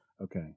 Okay